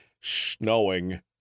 snowing